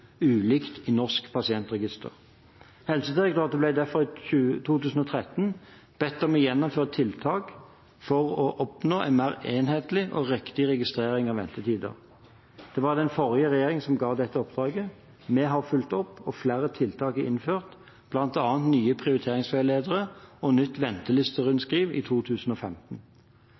ulikt i Norsk pasientregister. Helsedirektoratet ble derfor i 2013 bedt om å gjennomføre tiltak for å oppnå en mer enhetlig og riktig registrering av ventetider. Det var den forrige regjeringen som ga dette oppdraget. Vi har fulgt opp, og flere tiltak er innført, bl.a. nye prioriteringsveiledere og nytt ventelisterundskriv i 2015.